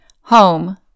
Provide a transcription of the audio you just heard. home